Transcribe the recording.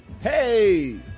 Hey